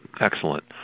excellent